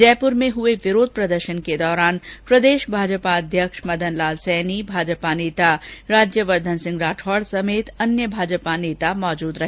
जयपुर में हए विरोध प्रदर्शन के दौरान प्रदेश भाजपा अध्यक्ष मदनलाल सैनी भाजपा नेता राज्यवर्धन सिंह राठौड़ सर्मेत अन्य भाजपा के नेता मौजुद रहे